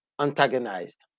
antagonized